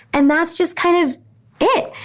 and that's just kind of it.